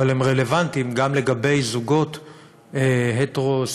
אבל הם רלוונטיים גם לזוגות הטרוסקסואליים